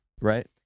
right